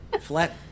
Flat